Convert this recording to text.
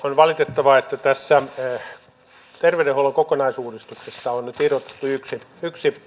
on valitettavaa että tässä terveydenhuollon kokonaisuudistuksesta on nyt irrotettu yksi toiminto